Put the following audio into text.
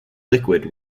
liquid